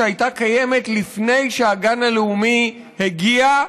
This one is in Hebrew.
שהייתה קיימת לפני שהגן הלאומי הגיע,